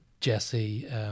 Jesse